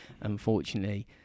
Unfortunately